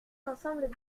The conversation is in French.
l’ensemble